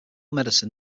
medicine